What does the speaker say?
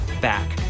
back